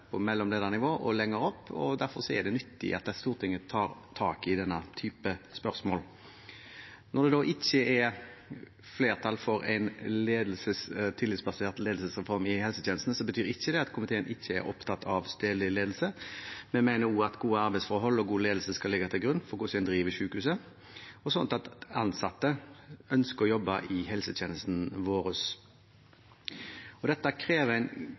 på golvet, på mellomledernivå og lenger opp, og derfor er det nyttig at Stortinget tar tak i denne typen spørsmål. Når det da ikke er flertall for en tillitsbasert ledelsesreform i helsetjenesten, betyr ikke det at komiteen ikke er opptatt av stedlig ledelse. Vi mener også at gode arbeidsforhold og god ledelse skal ligge til grunn for hvordan en driver sykehuset, slik at ansatte ønsker å jobbe i helsetjenestene våre. Dette krever en